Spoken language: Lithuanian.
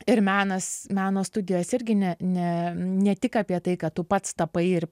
ir menas meno studijos irgi ne ne ne tik apie tai kad tu pats tapai ir